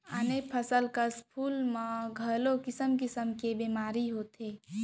आने फसल कस फूल मन म घलौ किसम किसम के बेमारी होथे